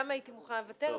הייתי מוכנה לוותר,